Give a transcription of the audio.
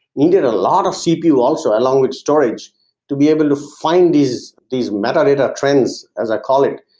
needed a lot of cpu also, along with storage to be able to find these these meta data trends as i call it.